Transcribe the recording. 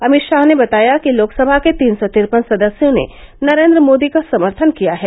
अमित शाह ने बताया कि लोकसभा के तीन सौ तिरपन सदस्यों ने नरेंद्र मोदी का समर्थन किया है